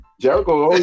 Jericho